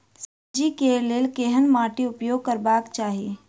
सब्जी कऽ लेल केहन माटि उपयोग करबाक चाहि?